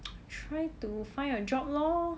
try to find a job lor